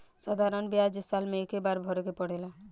साधारण ब्याज साल मे एक्के बार भरे के पड़ेला